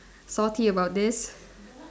salty about this